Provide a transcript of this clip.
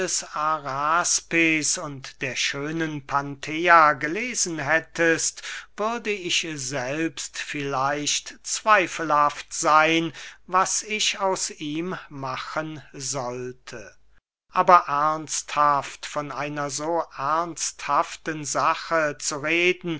und der schönen panthea gelesen hättest würde ich selbst vielleicht zweifelhaft seyn was ich aus ihm machen sollte aber ernsthaft von einer so ernsthaften sache zu reden